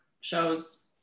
shows